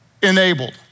Enabled